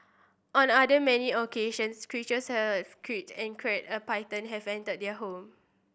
on other many occasions creatures a python have entered their home